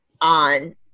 on